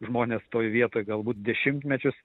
žmonės toj vietoj gal būt dešimtmečius